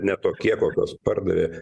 ne tokie kokius pardavė